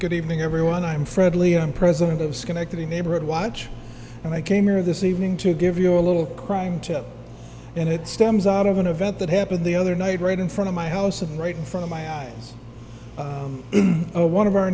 good evening everyone i'm friendly i'm president of schenectady neighborhood watch and i came here this evening to give you a little crime tip and it stems out of an event that happened the other night right in front of my house and right in front of my eyes one of our